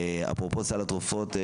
אפרופו סל התרופות,